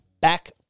back